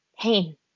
Pain